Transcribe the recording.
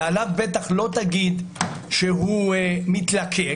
ועליו בטח לא תגיד שהוא מתלקק,